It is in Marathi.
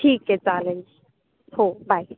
ठीक आहे चालेल हो बाय